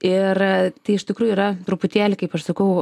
ir tai iš tikrųjų yra truputėlį kaip aš sakau